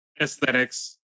aesthetics